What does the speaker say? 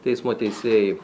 teismo teisėjai